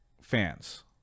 fans